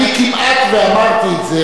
כמעט ואמרתי את זה,